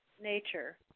nature